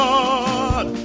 God